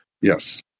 Yes